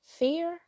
fear